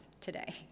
today